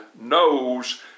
knows